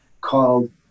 called